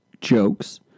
jokes